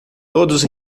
todos